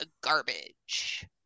garbage